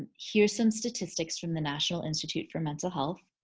here's some statistics from the national institute for mental health.